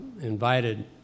invited